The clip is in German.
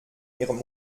ihrem